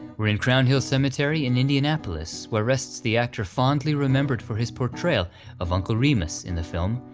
we're in crown hill cemetery in indianapolis, where rests the actor fondly remembered for his portrayal of uncle remus in the film,